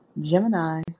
Gemini